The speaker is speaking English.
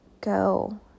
go